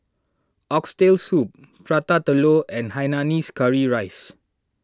Oxtail Soup Prata Telur and Hainanese Curry Rice